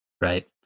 right